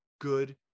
good